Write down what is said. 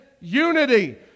unity